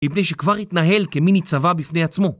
מפני שכבר התנהל כמיני צבא בפני עצמו.